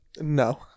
No